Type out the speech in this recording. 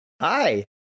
Hi